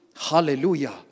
Hallelujah